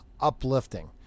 uplifting